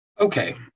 Okay